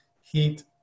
heat